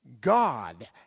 God